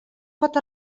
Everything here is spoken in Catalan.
pot